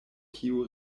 kiu